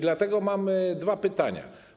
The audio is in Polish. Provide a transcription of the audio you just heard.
Dlatego mamy dwa pytania.